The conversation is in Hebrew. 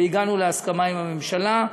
והגענו להסכמה עם הממשלה.